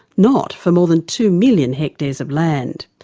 not for more than two million hectares of land.